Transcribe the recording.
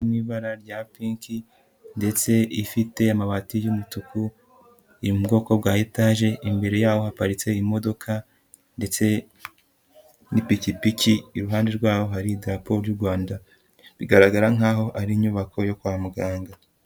Iri mu ibara rya pink ndetse ifite amabati y'umutuku, iri mu bwoko bwa etaje, imbere y'aho haparitse imodoka ndetse n'ipikipiki, iruhande rw'aho hari idarapo ry'u Rwanda, bigaragara nk'aho ari inyubako yo kwa muganga.